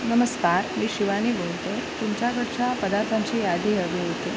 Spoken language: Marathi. नमस्कार मी शिवानी बोलते तुमच्याकडच्या पदार्थांची यादी हवी होती